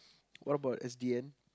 what about S_D_N